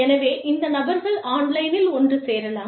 எனவே இந்த நபர்கள் ஆன்லைனில் ஒன்று சேரலாம்